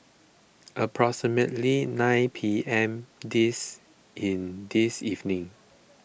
approximately nine P M this in this evening